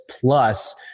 plus